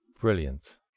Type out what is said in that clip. Brilliant